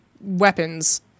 weapons